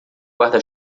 guarda